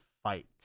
fight